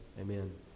amen